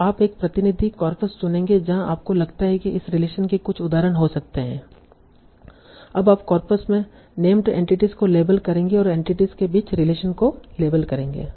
तो आप एक प्रतिनिधि कॉर्पस चुनेंगे जहाँ आपको लगता है कि इस रिलेशन के कुछ उदाहरण हो सकते हैं अब आप कॉर्पस में नेम्ड एंटिटीस को लेबल करेंगे और एंटिटीस के बीच रिलेशन को लेबल करेंगे